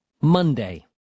Monday